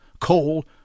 coal